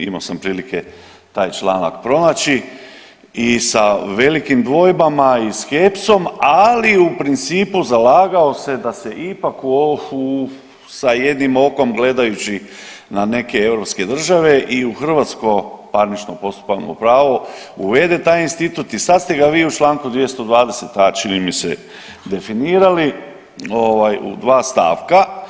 Imao sam prilike taj članak pronaći i sa velikim dvojbama i skepsom, ali u principu zalagao se da se ipak sa jednim okom gledajući na neke europske države i u hrvatsko parnično postupovno pravo uvede taj institut i sad ste ga vi u članku 220a. čini mi se definirali u dva stavka.